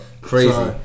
crazy